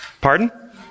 Pardon